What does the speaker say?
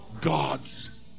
gods